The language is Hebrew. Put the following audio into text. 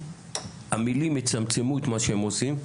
המילים יצמצמו את מה שהם עושים,